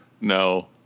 No